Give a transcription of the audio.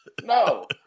No